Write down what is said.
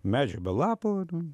medžiai be lapų